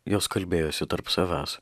jos kalbėjosi tarp savęs